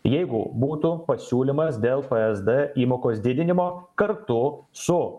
jeigu būtų pasiūlymas dėl psd įmokos didinimo kartu su